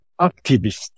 activist